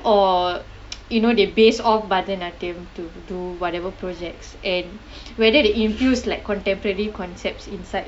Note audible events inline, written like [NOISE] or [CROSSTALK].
or [NOISE] you know they based of bharathanatyam to do whatever projects and whether they infused like contemporary concepts inside